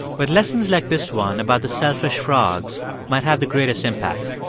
but lessons like this one about the selfish frogs might have the greatest impact